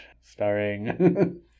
starring